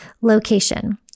Location